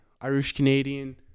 Irish-Canadian